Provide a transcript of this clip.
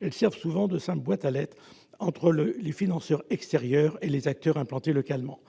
elles servent souvent de simple « boîte à lettres » entre les financeurs extérieurs et les acteurs implantés localement.